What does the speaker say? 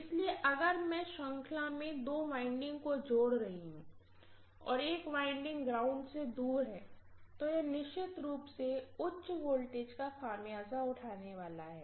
इसलिए अगर मैं श्रृंखला में दो वाइंडिंग को जोड़ रही हूँ और एक वाइंडिंग ग्राउंड से दूर है तो यह निश्चित रूप से उच्च वोल्टेज का खामियाजा उठाने वाला है